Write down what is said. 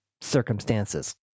circumstances